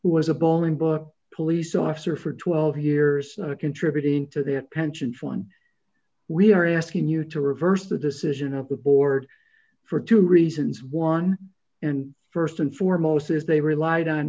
was a bowling bush police officer for twelve years contributing to their pension fund we are asking you to reverse the decision of the board for two reasons one and st and foremost is they relied on